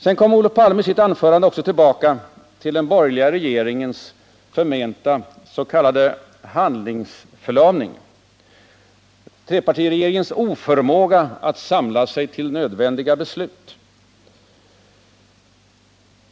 Sedan kom Olof Palme i sitt anförande också tillbaka till den borgerliga regeringens förmenta s.k. handlingsförlamning, trepartiregeringens oförmåga att samla sig till nödvändiga beslut.